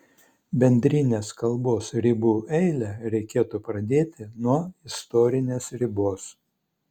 bendrinės kalbos ribų eilę reikėtų pradėti nuo istorinės ribos